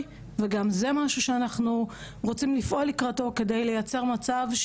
וגם זה משהו שאנחנו רוצצים לפעול על מנת לייצר מצב,